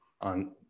on